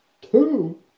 Two